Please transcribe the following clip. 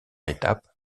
étapes